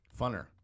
funner